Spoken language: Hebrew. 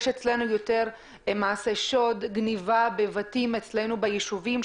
יש אצלנו יותר מעשי שוד וגניבה בבתים בישובים אצלנו,